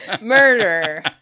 Murder